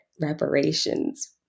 reparations